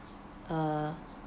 uh